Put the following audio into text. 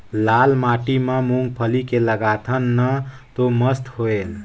लाल माटी म मुंगफली के लगाथन न तो मस्त होयल?